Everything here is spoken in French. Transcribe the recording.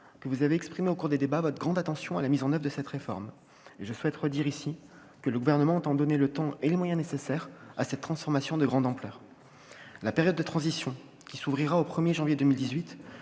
Vous avez exprimé au cours des débats votre grande attention à la mise en oeuvre de cette réforme. Je veux redire ici que le Gouvernement entend donner le temps et les moyens nécessaires à cette transformation de grande ampleur. La période de transition qui s'ouvrira le 1 janvier 2018,